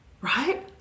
right